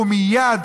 ומייד,